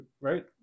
right